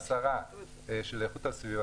השרה לאיכות הסביבה,